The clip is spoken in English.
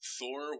Thor